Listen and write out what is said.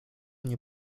nie